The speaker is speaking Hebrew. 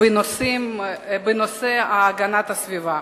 בנושא הגנת הסביבה.